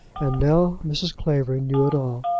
and now mrs. clavering knew it all.